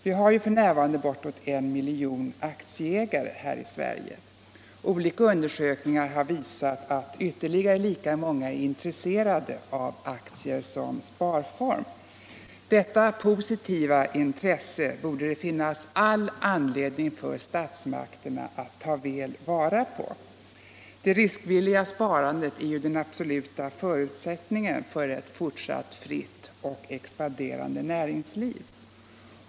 Vi har ju f. n. bortåt en miljon aktieägare här i Sverige. Olika undersökningar har visat att ytterligare lika många är intresserade av aktier som sparform. Detta positiva intresse borde det finnas all anledning för statsmakterna att ta väl vara på. Det riskvilliga sparandet är den absoluta förutsättningen för ett fortsatt fritt och expanderande näringsliv.